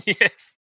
Yes